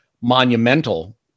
monumental